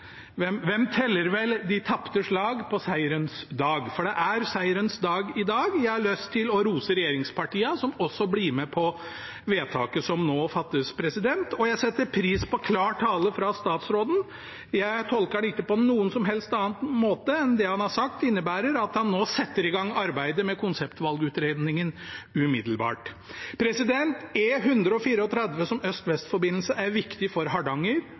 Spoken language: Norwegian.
teller vel de tapte slag på seierens dag? For det er seierens dag i dag. Jeg har lyst til å rose regjeringspartiene, som også blir med på vedtaket som nå fattes, og jeg setter pris på klar tale fra statsråden. Jeg tolker ham ikke på noen som helst annen måte enn at det han har sagt, innebærer at han nå setter i gang arbeidet med konseptvalgutredningen umiddelbart. E134 som øst–vest-forbindelse er viktig for Hardanger, for Sunnhordland, for bergensområdet, for Haugalandet, og den er viktig for